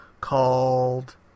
called